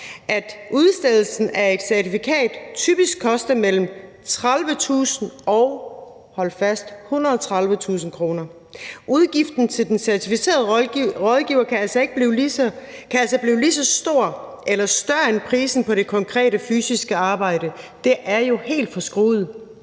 at udstedelsen af et certifikat typisk koster mellem 30.000 kr. og, hold fast, 130.000 kr. Udgiften til den certificerede rådgiver kan altså blive lige så stor som eller større end prisen på det konkrete fysiske arbejde. Det er jo helt forskruet.